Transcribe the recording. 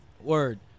word